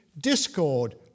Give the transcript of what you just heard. discord